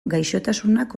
gaixotasunak